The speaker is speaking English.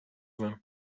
him